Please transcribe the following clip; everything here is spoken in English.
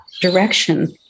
direction